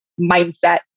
mindset